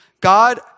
God